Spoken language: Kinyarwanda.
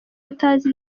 utazi